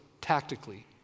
tactically